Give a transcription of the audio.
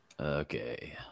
Okay